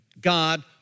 God